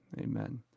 amen